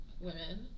women